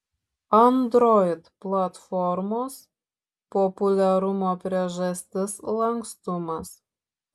android platformos populiarumo priežastis lankstumas